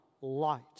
light